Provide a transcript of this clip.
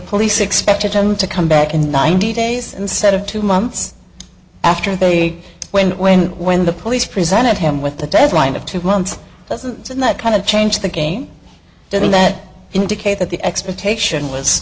police expected him to come back in ninety days instead of two months after thing when when when the police presented him with the deadline of two months dozens and that kind of change the doesn't that indicate that the expectation was